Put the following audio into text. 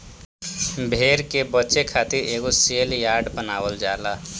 भेड़ के बेचे खातिर एगो सेल यार्ड बनावल जाला